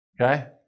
Okay